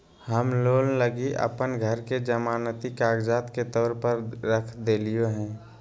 हम लोन लगी अप्पन घर के जमानती कागजात के तौर पर रख देलिओ हें